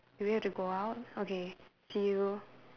do we have to go out okay see you